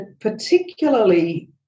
particularly